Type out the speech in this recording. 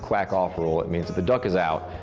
quack off rule. it means if the duck is out,